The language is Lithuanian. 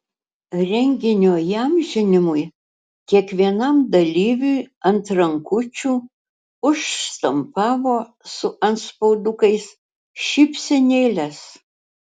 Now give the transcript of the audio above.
renginio įamžinimui kiekvienam dalyviui ant rankučių užštampavo su antspaudukais šypsenėles